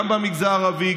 גם במגזר הערבי,